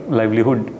livelihood